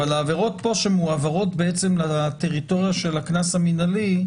אבל העבירות פה שמועברות פה בעצם לטריטוריה של הקנס המנהלי,